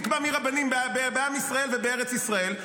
נקבע מי רבנים בעם ישראל ובארץ ישראל,